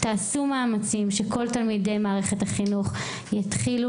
תעשו מאמצים שכל תלמידי מערכת החינוך יתחילו